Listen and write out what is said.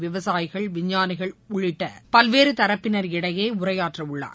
விவசாயிகள் விஞ்ஞானிகள் உள்ளிட்ட பல்வேறு தரப்பினர் இடையே உரையாற்றவுள்ளார்